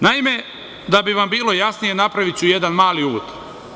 Naime, da bi vam bilo jasnije, napraviću jedan mali uvod.